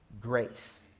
grace